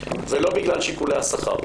ולא בגלל שיקולי השכר.